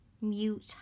Mute